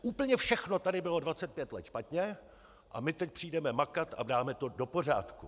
Úplně všechno tady bylo dvacet pět let špatně, a my teď přijdeme makat a dáme to do pořádku!